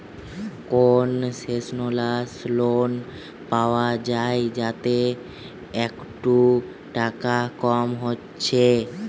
concessional loan পায়া যায় যাতে একটু টাকা কম হচ্ছে